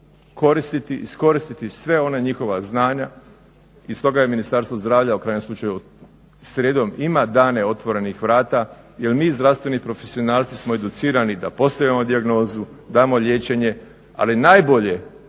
iskoristiti sva ona njihova znanja i stoga je Ministarstvo zdravlja, u krajnjem slučaju srijedom ima dane otvorenih vrata jer mi zdravstveni profesionalci smo educirani da postavimo dijagnozu, damo liječenje, ali najbolje